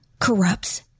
corrupts